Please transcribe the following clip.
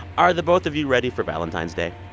are the both of you ready for valentine's day?